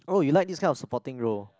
oh you like this kind of supporting role